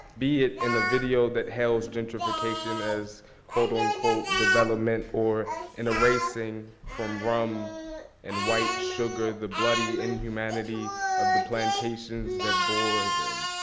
be it in the video that hails gentrification as quote, unquote, development or in erasing from rum and white sugar the bloody inhumanity of the plantations that bore them.